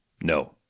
No